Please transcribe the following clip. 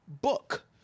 Book